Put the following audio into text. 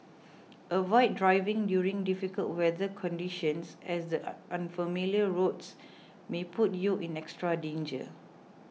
avoid driving during difficult weather conditions as the unfamiliar roads may put you in extra danger